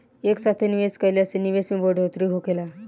एक साथे निवेश कईला से निवेश में बढ़ोतरी होखेला